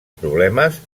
problemes